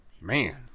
Man